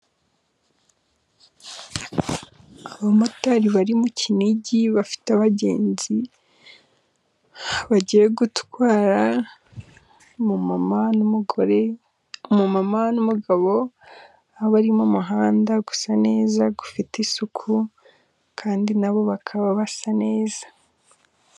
Abamotari bari mu kinigi bafite abagenzi bagiye gutwara. Umama n'umugore , umumama n'umugabo bari mu umuhanda usa neza ufite isuku kandi nabo bakaba basa neza.